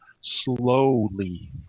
slowly